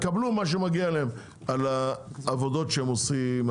הם יקבלו מה שמגיע להם על העבודות שהם עושים,